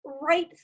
right